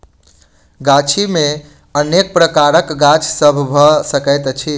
गाछी मे अनेक प्रकारक गाछ सभ भ सकैत अछि